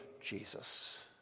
Jesus